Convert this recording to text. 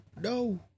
No